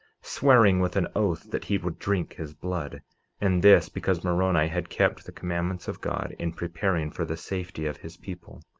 swearing with an oath that he would drink his blood and this because moroni had kept the commandments of god in preparing for the safety of his people.